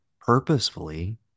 purposefully